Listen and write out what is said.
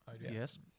Yes